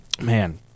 man